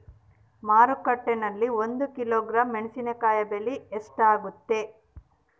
ಮಾರುಕಟ್ಟೆನಲ್ಲಿ ಒಂದು ಕಿಲೋಗ್ರಾಂ ಮೆಣಸಿನಕಾಯಿ ಬೆಲೆ ಎಷ್ಟಾಗೈತೆ?